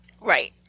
Right